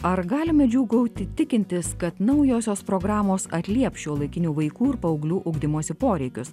ar galime džiūgauti tikintis kad naujosios programos atlieps šiuolaikinių vaikų ir paauglių ugdymosi poreikius